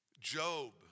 Job